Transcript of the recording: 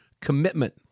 commitment